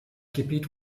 gebiet